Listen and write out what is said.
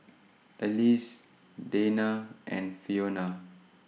Alease Dayna and Fiona